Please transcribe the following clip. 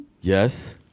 Yes